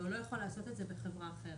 אבל הוא לא יכול לעשות את זה בחברה אחרת,